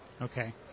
Okay